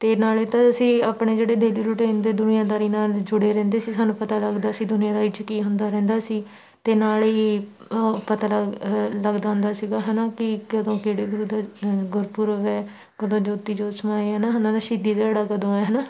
ਅਤੇ ਨਾਲੇ ਤਾਂ ਅਸੀਂ ਆਪਣੇ ਜਿਹੜੇ ਡੇਲੀ ਰੁਟੀਨ ਦੇ ਦੁਨੀਆਦਾਰੀ ਨਾਲ ਜੁੜੇ ਰਹਿੰਦੇ ਸੀ ਸਾਨੂੰ ਪਤਾ ਲੱਗਦਾ ਸੀ ਦੁਨੀਆਦਾਰੀ 'ਚ ਕੀ ਹੁੰਦਾ ਰਹਿੰਦਾ ਸੀ ਅਤੇ ਨਾਲ ਹੀ ਪਤਾ ਲੱਗ ਲੱਗਦਾ ਹੁੰਦਾ ਸੀਗਾ ਹੈ ਨਾ ਕਿ ਕਦੋਂ ਕਿਹੜੇ ਗੁਰੂ ਦਾ ਗੁਰਪੁਰਬ ਹੈ ਕਦੋਂ ਜੋਤੀ ਜੋਤ ਸਮਾਏ ਹੈ ਨਾ ਉਹਨਾਂ ਦਾ ਸ਼ਹੀਦੀ ਦਿਹਾੜਾ ਕਦੋਂ ਹੈ ਹੈ ਨਾ